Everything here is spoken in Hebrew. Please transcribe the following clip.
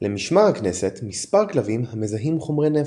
למשמר הכנסת מספר כלבים המזהים חומרי נפץ.